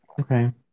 Okay